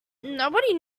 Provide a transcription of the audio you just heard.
nobody